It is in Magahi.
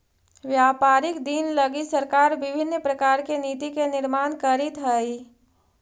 व्यापारिक दिन लगी सरकार विभिन्न प्रकार के नीति के निर्माण करीत हई